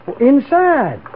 Inside